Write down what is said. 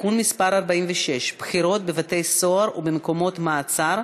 (תיקון מס' 46) (בחירות בבתי-סוהר ובמקומות מעצר),